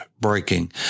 breaking